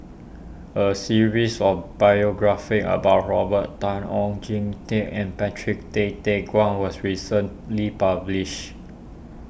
a series of biographies about Robert Tan Oon Jin Teik and Patrick Tay Teck Guan was recently published